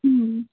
হুম